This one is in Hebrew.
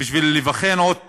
בשביל להיבחן עוד פעם,